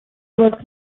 were